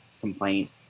complaint